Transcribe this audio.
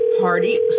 party